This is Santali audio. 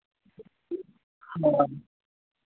ᱦᱳᱭ